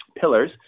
Pillars